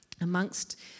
amongst